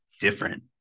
different